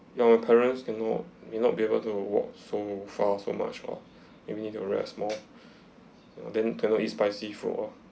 ya my parents can not may not be able to walk so far so much ah may be they can rest more then cannot eat spicy oh